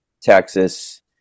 Texas